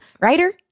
Writer